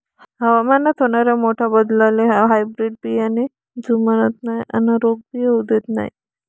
हवामानात होनाऱ्या मोठ्या बदलाले हायब्रीड बियाने जुमानत नाय अन रोग भी होऊ देत नाय